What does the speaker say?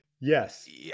Yes